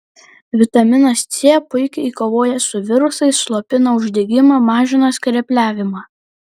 vitaminas c puikiai kovoja su virusais slopina uždegimą mažina skrepliavimą